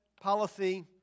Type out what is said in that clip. policy